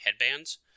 headbands